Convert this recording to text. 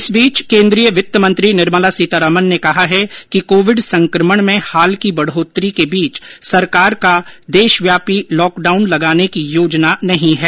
इस बीच वित्त मंत्री निर्मला सीतारमन ने कहा है कि कोविड संकमण में हाल की बढ़ोतरी के बीच सरकार का देशव्यापी लॉकडाउन लगाने की योजना नहीं है